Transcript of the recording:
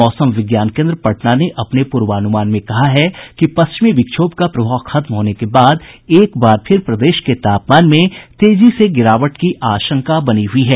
मौसम विज्ञान केन्द्र पटना ने अपने पूर्वानुमान में कहा है कि पश्चिमी विक्षोभ का प्रभाव खत्म होने के बाद एक बार फिर प्रदेश के तापमान में तेजी से गिरावट की आशंका है